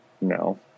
No